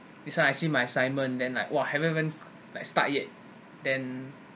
this one I see my assignment then like !wah! haven't even like start yet then